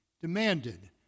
demanded